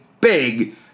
big